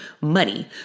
money